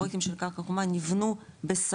הפרויקטים של קרקע חומה נבנו בסמוך,